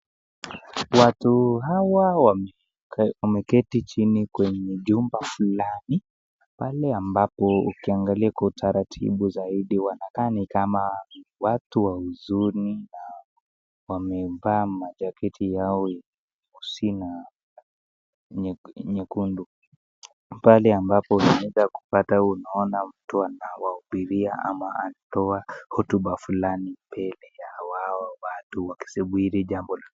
Watu hawa wameketi chini kwenye jumba fulani pale ambapo ukiangalia kwa utaratibu zaidi wanakaa ni kama watu wa huzuni na wamevaa ma jaketi yao nyeusi na nyekundu pale ambapo tunaweza kupatata unaona mtu anawahubiria ama kutoa hotuba fulani mbele ya hao watu wakisubiri jambo lolote.